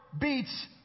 beats